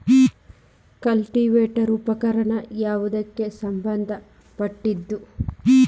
Cultivator ಉಪಕರಣ ಯಾವದಕ್ಕ ಸಂಬಂಧ ಪಟ್ಟಿದ್ದು?